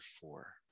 four